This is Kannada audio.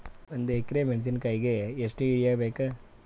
ಒಂದ್ ಎಕರಿ ಮೆಣಸಿಕಾಯಿಗಿ ಎಷ್ಟ ಯೂರಿಯಬೇಕು?